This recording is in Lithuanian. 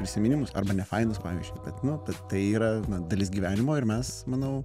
prisiminimus arba nefainus pavyzdžiui kad nu tai yra dalis gyvenimo ir mes manau